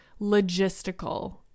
logistical